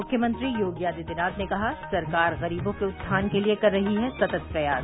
मुख्यमंत्री योगी आदित्यनाथ ने कहा सरकार गरीबों के उत्थान के लिए कर रही है सतत प्रयास